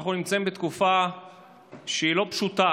אנחנו נמצאים בתקופה שאינה פשוטה.